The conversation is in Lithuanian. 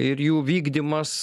ir jų vykdymas